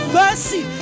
mercy